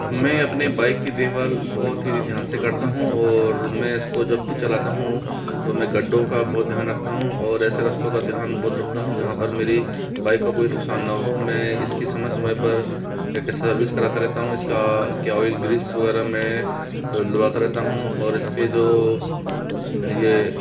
मैं अपने बाइक की देखभाल बहुत ही ध्यान से करता हूँ और मैं इसको जब भी चलाता हूँ तो मैं गड्डों का बहुत ध्यान रखता हूँ और ऐसे रास्तों का ध्यान बहुत रखता हूँ जहाँ पर मेरी बाइक का कोई नुकसान ना हो मैं इसकी समय समय पर एक सर्विस कराता रहता हूँ इसका आयल ग्रीस वगैरह मैं बदलवाता रहता हूँ और इसके जो ये